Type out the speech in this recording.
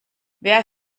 wer